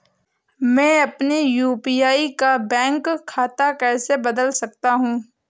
मैं अपने यू.पी.आई का बैंक खाता कैसे बदल सकता हूँ?